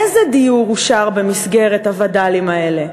איזה דיור אושר במסגרת הווד"לים האלה?